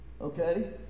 Okay